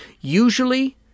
Usually